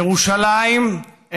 ירושלים,